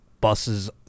buses